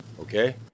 Okay